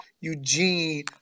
Eugene